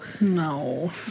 No